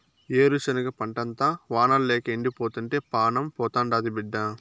ఏరుశనగ పంటంతా వానల్లేక ఎండిపోతుంటే పానం పోతాండాది బిడ్డా